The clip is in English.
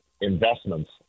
investments